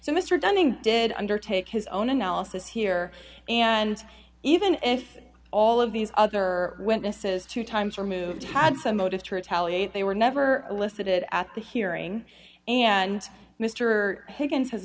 so mr dunning did undertake his own analysis here and even if all of these other witnesses two times removed had some motive to retaliate they were never elicited at the hearing and mr higgins has